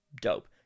Dope